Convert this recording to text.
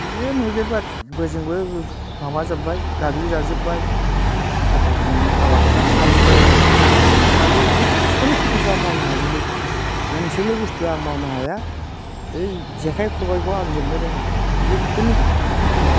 बे मैदेर बाथि बोजोंबो माबा जोब्बाय गाग्लि जाजोब्बाय बाखायसेनि आबादफ्रा आलु बाय आलु जिखुनु खिथिखौ आं मावनो हाजोबो मोनसेल' बुस्थु आं मावनो हाया ओइ जेखाइ खबाइखौ आं हेबनो रोङा जेखुनु खेथि